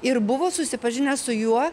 ir buvo susipažinęs su juo